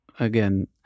again